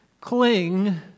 Cling